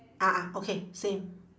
ah ah okay same